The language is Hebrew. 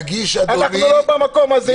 יגיש, אדוני --- אנחנו לא במקום הזה.